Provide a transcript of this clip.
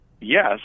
yes